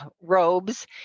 robes